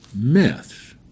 myths